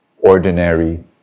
ordinary